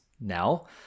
now